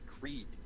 Creed